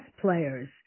players